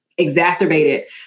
exacerbated